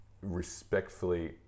respectfully